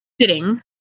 sitting